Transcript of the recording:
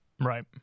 Right